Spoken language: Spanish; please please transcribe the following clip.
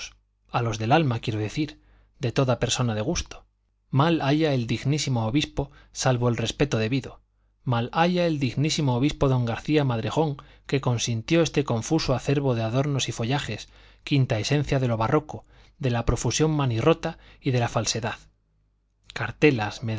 a los del alma quiero decir de toda persona de gusto malhaya el dignísimo obispo salvo el respeto debido malhaya el dignísimo obispo don garcía madrejón que consintió este confuso acervo de adornos y follajes quinta esencia de lo barroco de la profusión manirrota y de la falsedad cartelas